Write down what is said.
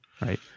right